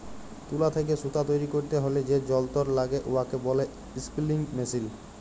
তুলা থ্যাইকে সুতা তৈরি ক্যইরতে হ্যলে যে যল্তর ল্যাগে উয়াকে ব্যলে ইস্পিলিং মেশীল